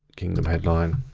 kingdom headline.